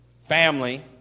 family